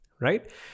right